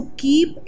keep